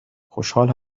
خوشحال